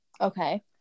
okay